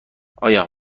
آیا